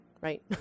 right